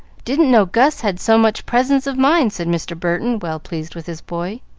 didn't know gus had so much presence of mind, said mr. burton, well pleased with his boy.